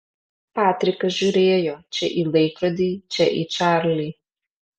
patrikas žiūrėjo čia į laikrodį čia į čarlį